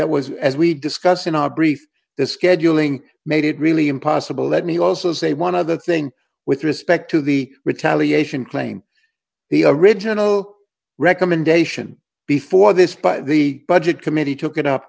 that was as we discussed in our brief the scheduling made it really impossible let me also say one other thing with respect to the retaliation claim the original recommendation before this by the budget committee took it up